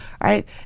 right